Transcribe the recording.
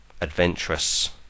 adventurous